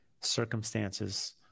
circumstances